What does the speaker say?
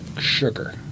sugar